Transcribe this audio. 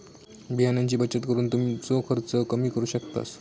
बियाण्यांची बचत करून तुमचो खर्च कमी करू शकतास